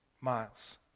miles